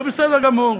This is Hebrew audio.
זה בסדר גמור.